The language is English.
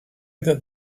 that